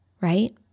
right